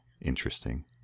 interesting